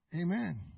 Amen